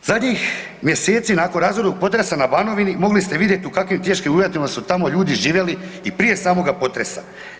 Zadnjih mjeseci nakon razornog potresa na Banovini mogli ste vidjeti u kakvim teškim uvjetima su tamo ljudi živjeli i prije samoga potresa.